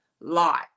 lot